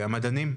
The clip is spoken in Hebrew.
והמדענים.